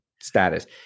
status